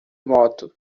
moto